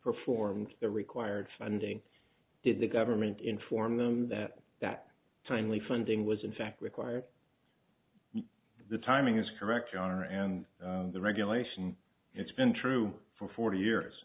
performed the required funding did the government inform them that that timely funding was in fact required the timing is correct your honor and the regulation it's been true for forty years